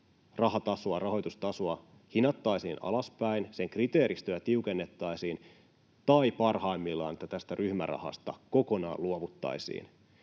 rahaa, rahoitustasoa, hinattaisiin alaspäin, sen kriteeristöä tiukennettaisiin tai parhaimmillaan tästä ryhmärahasta kokonaan luovuttaisiin.